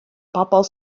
pobol